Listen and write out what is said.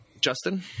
Justin